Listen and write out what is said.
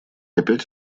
опять